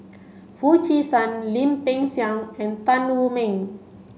Foo Chee San Lim Peng Siang and Tan Wu Meng